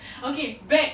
okay back